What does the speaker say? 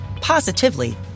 positively